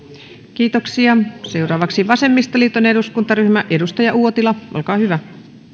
kiitoksia seuraavaksi vasemmistoliiton eduskuntaryhmä edustaja uotila olkaa hyvä